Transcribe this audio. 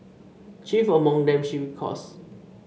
chief among them she recalls